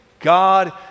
God